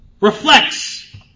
reflects